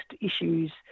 issues